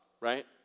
right